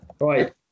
right